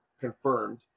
confirmed